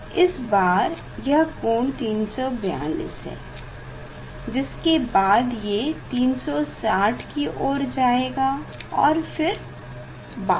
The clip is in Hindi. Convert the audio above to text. इस बार यह कोण 342 है जिसके बाद ये 360 की ओरे जाएगा और फिर 52